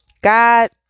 God